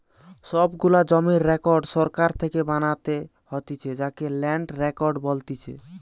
সব গুলা জমির রেকর্ড সরকার থেকে বানাতে হতিছে যাকে ল্যান্ড রেকর্ড বলতিছে